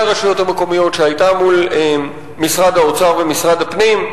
הרשויות המקומיות מול משרד האוצר ומשרד הפנים.